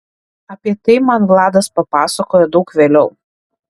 apie tai man vladas papasakojo daug vėliau